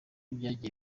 byagiye